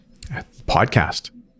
podcast